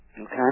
okay